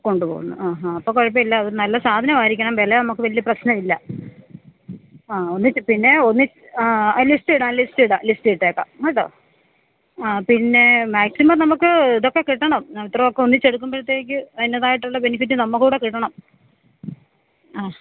കൊണ്ടു പോവുന്നു ആ ഹാ അപ്പം കുഴപ്പമില്ല അത് നല്ല സാധനമായിരിക്കണം വില നമുക്ക് വലിയ പ്രശ്നമില്ല ആ ഒന്നിച്ച് പിന്നെ ഒന്നിച്ച് ആ ലിസ്റ്റിടാം ലിസ്റ്റിടാ ലിസ്റ്റിട്ടേക്കാം കേട്ടോ ആ പിന്നെ മാക്സിമം നമുക്ക് ഇതൊക്കെ കിട്ടണം അത്രോക്കെ ഒന്നിച്ചെടുക്കുമ്പോഴത്തേക്ക് അതിന്റെതായിട്ടുള്ള ബെനിഫിറ്റ് നമുക്ക് കൂടെ കിട്ടണം ആ